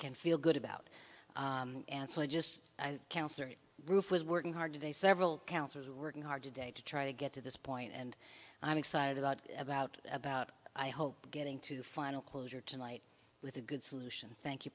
can feel good about and so i just i counsel roof was working hard today several counselors working hard today to try to get to this point and i'm excited about about about i hope getting to final closure tonight with a good solution thank you